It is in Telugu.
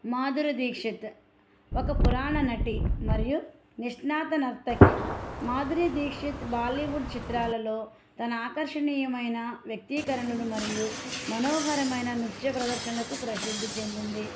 మాధురి దీక్షిత్ ఒక పురాణ నటి మరియు నిష్ణాత నర్తకి మాధురి దీక్షిత్ బాలీవుడ్ చిత్రాలలో తన ఆకర్షణీయమైన వ్యక్తీకరణలను మరియు మనోహరమైన నిత్య ప్రదర్శనలకు ప్రసిద్ధి చెందింది